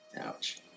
Ouch